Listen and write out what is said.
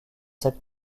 cette